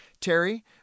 Terry